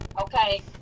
Okay